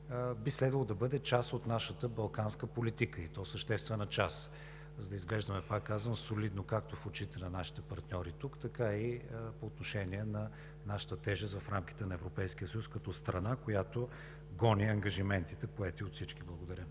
би следвало да бъде част от нашата балканска политика, и то съществена част, за да изглеждаме, пак казвам, солидно както в очите на нашите партньори тук, така и по отношение на нашата тежест в рамките на Европейския съюз като страна, която гони ангажиментите, поети от всички. Благодаря.